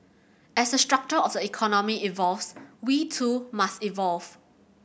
as the structure of the economy evolves we too must evolve